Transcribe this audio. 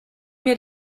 mir